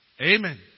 Amen